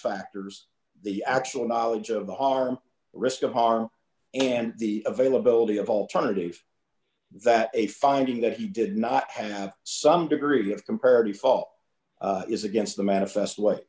factors the actual knowledge of the harm risk of harm and the availability of alternative that a finding that he did not have some degree of comparative fall is against the manifest way